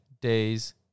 days